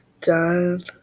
done